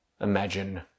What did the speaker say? Imagine